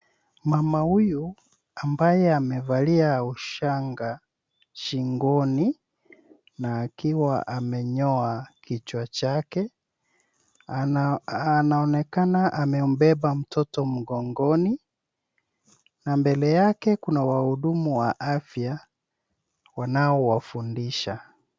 Mama huyu ambaye amevalia ushanga shingoni na akiwa amenyoa kichwa chake anaonekana amembeba mtoto mgongoni na mbele yake kuna wahudumu wa afya wanaowafundisha.